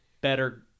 better